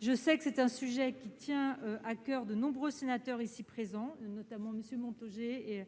Je sais que c'est un sujet qui tient à coeur à de nombreux sénateurs ici présents, notamment MM. Montaugé et